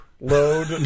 load